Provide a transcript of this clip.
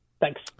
Thanks